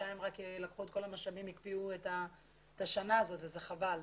בינתיים רק לקחו את כל המשאבים והקפיאו את השנה הזאת וזה חבל.